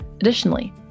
Additionally